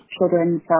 Children